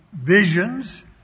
visions